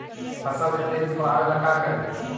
फसल के तेजी से बढ़ाबे ला का करि?